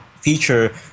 feature